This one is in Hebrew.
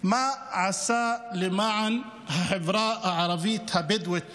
מה הוא עשה למען החברה הערבית הבדואית בנגב,